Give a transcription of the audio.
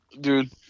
dude